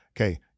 okay